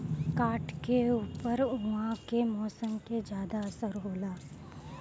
काठ के ऊपर उहाँ के मौसम के ज्यादा असर होला